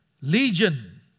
Legion